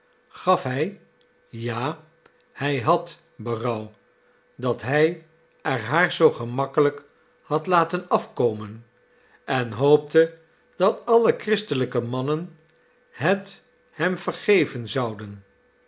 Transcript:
antwoordde hij ja hij had berouw dat hij er haar zoo gemakkelijk had laten afkomen en hoopte dat alle christelijke mannen het hem vergeven zouden